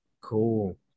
Cool